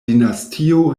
dinastio